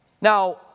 Now